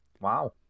Wow